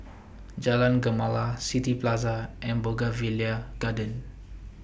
Jalan Gemala City Plaza and Bougainvillea Garden